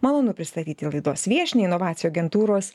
malonu pristatyti laidos viešnią inovacijų agentūros